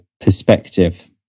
perspective